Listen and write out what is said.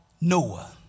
Noah